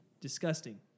Disgusting